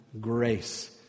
grace